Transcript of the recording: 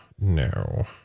No